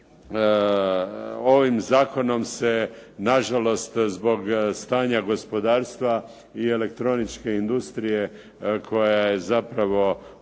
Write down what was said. ovim zakonom se na žalost zbog stanja gospodarstva i elektroničke industrije koja je zapravo uz